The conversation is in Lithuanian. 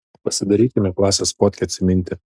pasidarykime klasės fotkę atsiminti